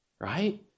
right